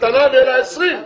קטנה ויהיה לה 20?